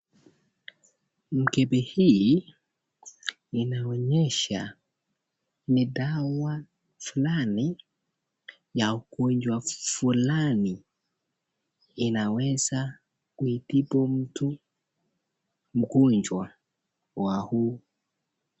Mkebi hii inaonyesha ni dawa fulani ya ugonjwa fulani inaweza kuitibu mtu mgonjwa wa huu.